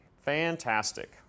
Fantastic